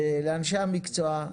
לאנשי המקצוע,